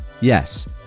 yes